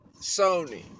Sony